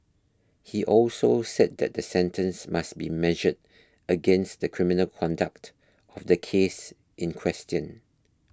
he also said that the sentence must be measured against the criminal conduct of the case in question